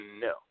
No